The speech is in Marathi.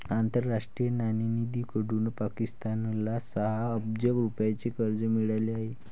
आंतरराष्ट्रीय नाणेनिधीकडून पाकिस्तानला सहा अब्ज रुपयांचे कर्ज मिळाले आहे